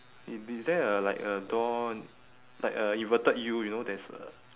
is is there a like a door like a inverted U you know there's a